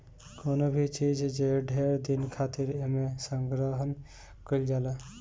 कवनो भी चीज जे ढेर दिन खातिर एमे संग्रहण कइल जाला